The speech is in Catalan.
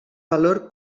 valor